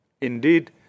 Indeed